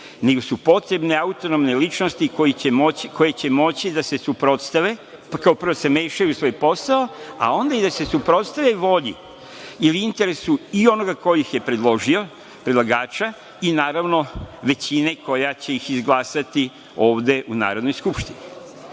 nego su potrebne autonomne ličnosti koje će moći da se suprotstave, kao prvo da se mešaju u svoj posao, a onda i da se suprotstave volji, ili interesu ili onoga ko ih je predložio, predlagača, i naravno, većine koja će ih izglasati ovde u Narodnoj skupštini. To